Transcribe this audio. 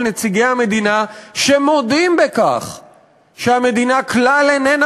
של נציגי המדינה שמודים שהמדינה כלל איננה